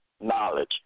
knowledge